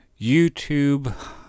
YouTube